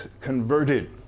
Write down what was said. converted